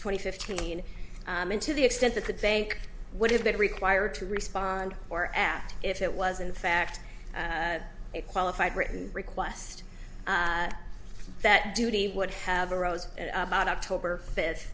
twenty fifteen min to the extent that the bank would have been required to respond or asked if it was in fact a qualified written request that duty would have arose about october fifth